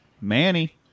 Manny